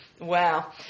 Wow